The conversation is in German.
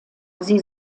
sie